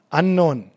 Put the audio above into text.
unknown